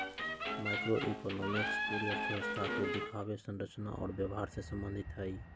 macroeconomics पूरी अर्थव्यवस्था के दिखावे, संरचना और व्यवहार से संबंधित हई